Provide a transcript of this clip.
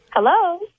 Hello